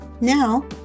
now